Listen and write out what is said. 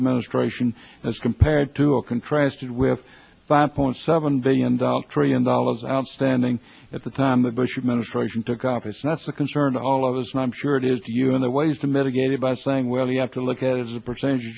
administration as compared to a contrasted with five point seven billion dollars trillion dollars outstanding at the time the bush administration took office and that's a concern to all of us and i'm sure it is to you in the ways to mitigate it by saying well you have to look at as a percentage